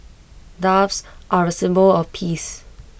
doves are A symbol of peace